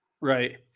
Right